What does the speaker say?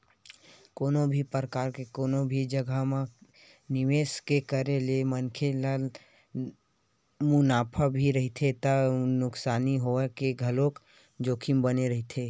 कोनो भी परकार के कोनो भी जघा म निवेस के करे ले मनखे ल मुनाफा भी रहिथे त नुकसानी होय के घलोक जोखिम बने रहिथे